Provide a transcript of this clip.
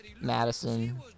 Madison